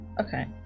Okay